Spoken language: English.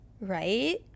right